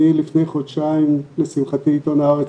לפני חודשיים עיתון 'הארץ',